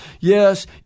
Yes